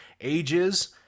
ages